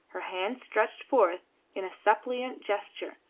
her hands stretched forth in a suppliant gesture,